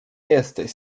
jesteś